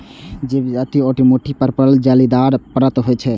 जावित्री ओहि गुठली पर पड़ल जालीदार परत होइ छै